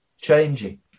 changing